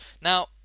Now